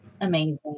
Amazing